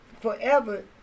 forever